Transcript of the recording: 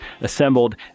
assembled